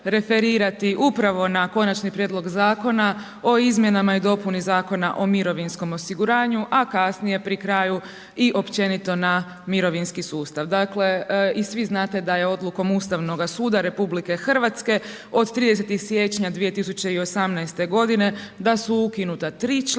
referirati upravo na konačni prijedlog Zakona o izmjeni i dopuni Zakona o mirovinskom osiguranju, a kasnije, pri kraju i općenito na mirovinski sustav. Dakle, i svi znate da je odlukom Ustavnog suda RH od 30. siječnja 2018. da su ukinuta 3 članka